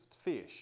fish